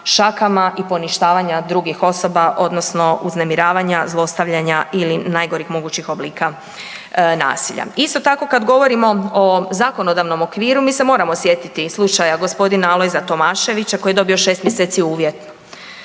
šakama i poništavanja drugih osoba, odnosno uznemiravanja, zlostavljanja ili najgorih mogućih oblika nasilja. Isto tako, kad govorimo o zakonodavnom okviru, mi se moramo sjetiti slučaja g. Alojza Tomaševića koji je dobio 6 mjeseci uvjetno.